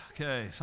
okay